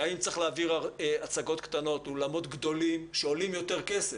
גם אם צריך להעביר הצגות קטנות לאולמות גדולים שעולים יותר כסף,